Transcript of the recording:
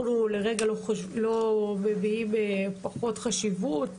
אנחנו לא מייחסים חשיבות